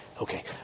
Okay